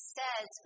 says